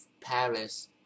Paris